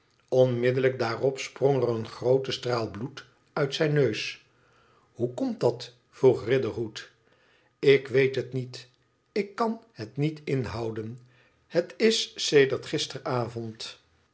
onmiddellijk daarop sprong er een groote straal bloed uit zijn neus ihoe komt dat vroeg riderhood ik weet het niet ik kan het niet inhouden het is sedert gisteravond